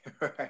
Right